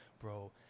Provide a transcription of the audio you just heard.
bro